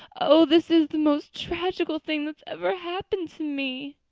oh, this is the most tragical thing that ever happened to me!